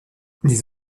les